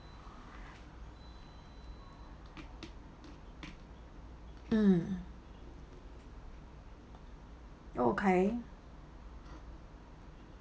mm okay